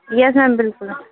yes ma'am बिल्कुल